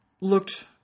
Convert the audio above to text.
looked